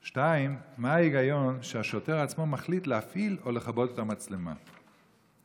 2. מה ההיגיון שהשוטר עצמו מחליט להפעיל את המצלמה או לכבות אותה?